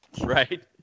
Right